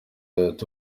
yubatse